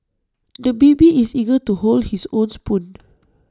the baby is eager to hold his own spoon